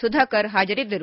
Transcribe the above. ಸುಧಾಕರ್ ಹಾಜರಿದ್ದರು